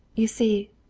you see,